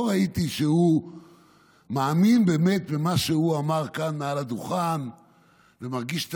לא ראיתי שהוא מאמין באמת במה שהוא אמר כאן מעל הדוכן ומרגיש את